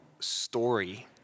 story